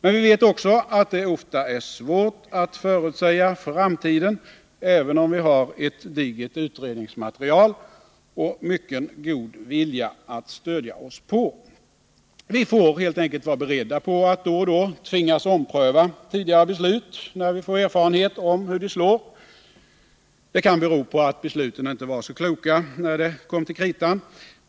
Men vi vet också att det ofta är svårt att förutsäga framtiden, även om vi har ett digert utredningsmaterial och mycken god vilja att stödja oss på. Vi får helt enkelt vara beredda på att då och då tvingas ompröva tidigare beslut när vi får erfarenhet av hur de slår. Det kan bero på att besluten inte var så kloka när det kommer till kritan.